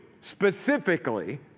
specifically